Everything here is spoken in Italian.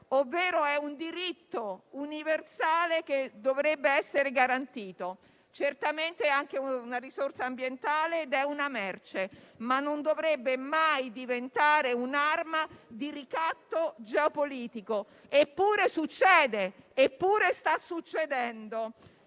ovvero è un diritto universale che dovrebbe essere garantito, certamente è anche una risorsa ambientale ed è una merce, ma non dovrebbe mai diventare un'arma di ricatto geopolitico. Eppure, succede e sta succedendo.